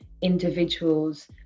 individuals